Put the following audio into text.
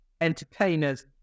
entertainers